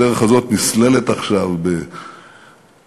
הדרך הזאת נסללת עכשיו כמסילה,